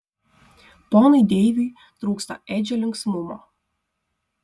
ponui deiviui trūksta edžio linksmumo